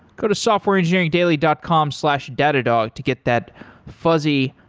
go to softwareengineeringdaily dot com slash datadog to get that fuzzy,